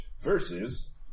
versus